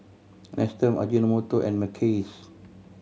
Nestum Ajinomoto and Mackays